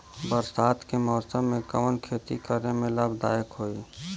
बरसात के मौसम में कवन खेती करे में लाभदायक होयी?